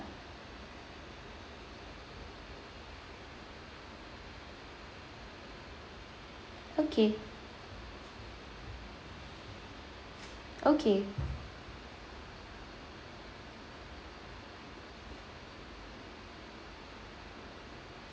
okay okay